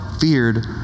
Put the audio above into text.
feared